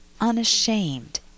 unashamed